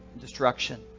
Destruction